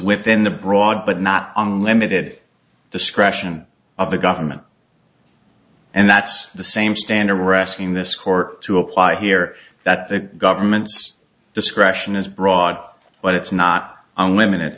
within the broad but not unlimited discretion of the government and that's the same standard we're asking this court to apply here that the government's discretion is broad but it's not unlimited